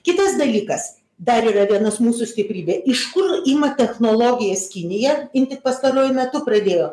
kitas dalykas dar yra vienas mūsų stiprybė iš kur ima technologijas kinija jin tik pastaruoju metu pradėjo